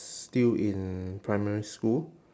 still in primary school